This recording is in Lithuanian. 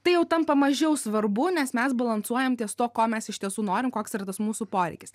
tai jau tampa mažiau svarbu nes mes balansuojam ties tuo ko mes iš tiesų norim koks yra tas mūsų poreikis